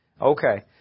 Okay